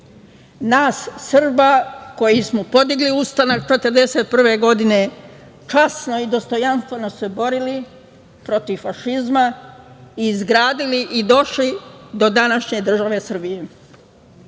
Nas Srba koji smo podigli ustanak 1941. godine, časno i dostojanstveno se borili protiv fašizma, izgradili i došli do današnje države Srbije.